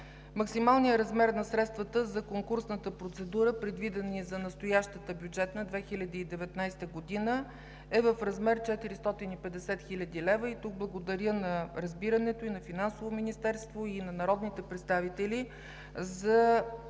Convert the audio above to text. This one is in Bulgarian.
Максималният размер на средствата за конкурсната процедура, предвидени за настоящата бюджетна 2019 г. е в размер 450 хил. лв. Тук благодаря на разбирането и на Финансовото министерство, и на народните представители, за